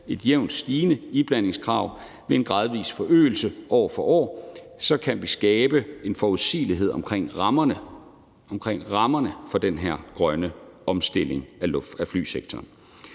et jævnt stigende iblandingskrav med en gradvis forøgelse år for år; så kan vi skabe en forudsigelighed omkring rammerne – omkring rammerne – for den her grønne omstilling af flysektoren.